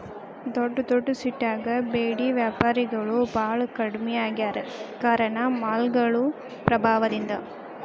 ದೊಡ್ಡದೊಡ್ಡ ಸಿಟ್ಯಾಗ ಬೇಡಿ ವ್ಯಾಪಾರಿಗಳು ಬಾಳ ಕಡ್ಮಿ ಆಗ್ಯಾರ ಕಾರಣ ಮಾಲ್ಗಳು ಪ್ರಭಾವದಿಂದ